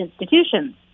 institutions